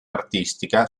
artistica